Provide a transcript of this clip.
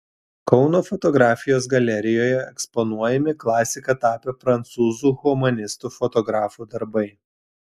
kauno fotografijos galerijoje eksponuojami klasika tapę prancūzų humanistų fotografų darbai